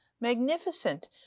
magnificent